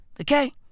Okay